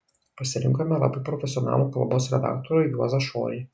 pasirinkome labai profesionalų kalbos redaktorių juozą šorį